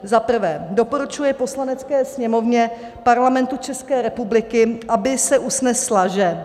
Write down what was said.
I. doporučuje Poslanecké sněmovně Parlamentu České republiky, aby se usnesla, že